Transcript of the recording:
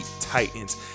Titans